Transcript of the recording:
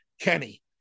Kenny